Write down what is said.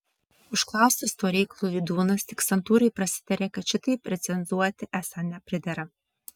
užklaustas tuo reikalu vydūnas tik santūriai prasitarė kad šitaip recenzuoti esą nepridera